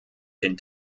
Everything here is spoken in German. den